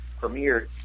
premiered